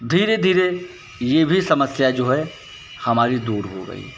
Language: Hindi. धीरे धीरे ये भी समस्या जो है हमारी दूर हो गई